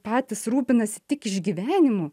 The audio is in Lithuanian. patys rūpinasi tik išgyvenimu